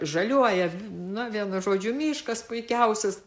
žaliuoja na vienu žodžiu miškas puikiausias